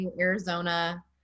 Arizona